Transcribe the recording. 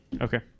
Okay